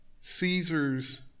Caesar's